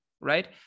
right